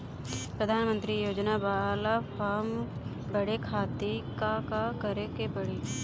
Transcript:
प्रधानमंत्री योजना बाला फर्म बड़े खाति का का करे के पड़ी?